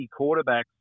quarterbacks